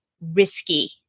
risky